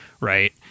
right